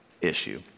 issue